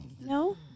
No